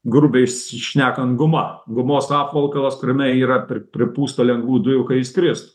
grubiai s šnekant guma gumos apvalkalas kuriame yra per pripūsta lengvų dujų ka jis skrist